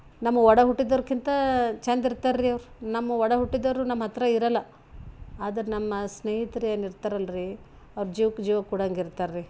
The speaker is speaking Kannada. ನಮ್ಮ ಒಡ ಹುಟ್ಟಿದೋರ್ಕಿಂತ ಚಂದ ಇರ್ತಾರ ರೀ ಅವ್ರು ನಮ್ಮ ಒಡ ಹುಟ್ಟಿದವರು ನಮ್ಮ ಹತ್ತಿರ ಇರಲ್ಲ ಆದರ ನಮ್ಮ ಸ್ನೇಹಿತ್ರು ಏನು ಇರ್ತಾರಲ್ರೀ ಅವ್ರು ಜೀವಕ್ಕೆ ಜೀವ ಕೊಡಂಗೆ ಇರ್ತಾರ್ರೀ